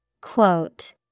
Quote